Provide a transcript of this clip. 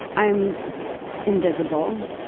i'm invisible.